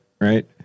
Right